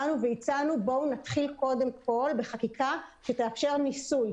באנו והצענו "בואו נתחיל קודם כל בחקיקה שתאפשר ניסוי".